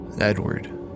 Edward